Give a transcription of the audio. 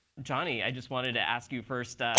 jonny, i just wanted to ask you first,